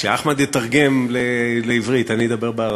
כשאחמד יתרגם לעברית אני אדבר בערבית.